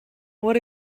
what